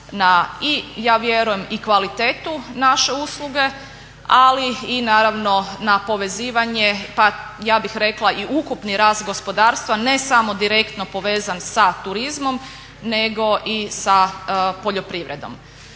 ja vjerujem i kvalitetu naše usluge, ali i naravno na povezivanje pa ja bih rekla i ukupni rast gospodarstva, ne samo direktno povezan sa turizmom nego i sa poljoprivredom.